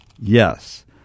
Yes